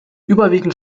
überwiegend